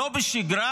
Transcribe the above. לא בשגרה